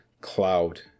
cloud